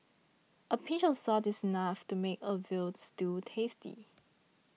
a pinch of salt is enough to make a Veal Stew tasty